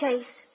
Chase